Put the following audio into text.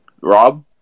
Rob